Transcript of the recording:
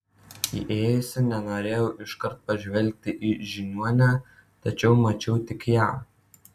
įėjusi nenorėjau iškart pažvelgti į žiniuonę tačiau mačiau tik ją